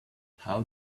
how